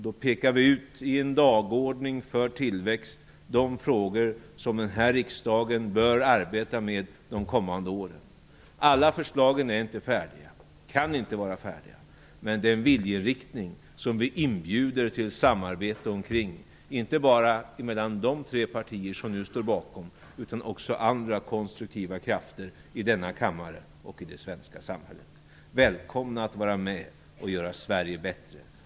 Vi pekar i en dagordning för tillväxt ut de frågor som denna riksdag bör arbeta med under de kommande åren. Alla förslag är inte färdiga, de kan inte vara färdiga. Men det handlar om en viljeinriktning som vi inbjuder till samarbete omkring - inte bara mellan de tre partier som nu står bakom den utan också mellan andra konstruktiva krafter i denna kammare och i det svenska samhället. Välkomna att vara med att göra Sverige bättre!